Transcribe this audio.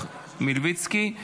זה